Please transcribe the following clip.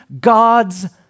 God's